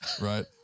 right